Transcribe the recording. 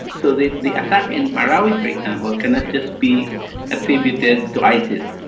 so the the attack in marwari for example cannot just be attributed to isis.